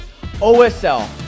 OSL